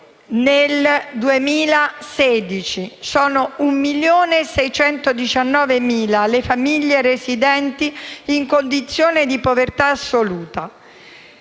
nel 2016: sono 1.619.000 le famiglie residenti in condizione di povertà assoluta.